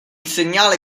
segnale